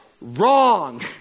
wrong